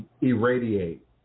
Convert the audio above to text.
Irradiate